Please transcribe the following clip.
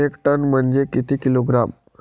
एक टन म्हनजे किती किलोग्रॅम?